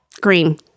Green